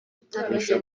utameze